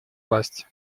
власти